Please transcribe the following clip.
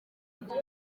kuko